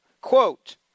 Quote